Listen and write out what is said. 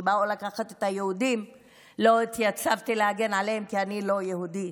וכשבאו לקחת את היהודים לא התייצבתי להגן עליהם כי אני לא יהודי,